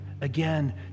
again